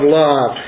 love